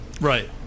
Right